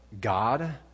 God